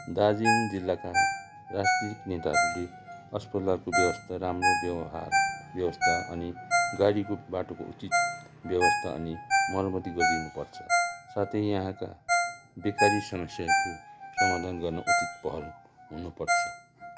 दार्जिलिङ जिल्लाका राजनीतिक नेताहरूले अस्पतालको व्यवस्था राम्रो व्यवहार व्यवस्था अनि गाडीको बाटोको उचित व्यवस्था अनि मर्मतीको गरिदिनुपर्छ साथै यहाँका बेकारी समस्याको समाधान गर्न उचित पहल हुनुपर्छ